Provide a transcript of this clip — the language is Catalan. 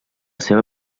seva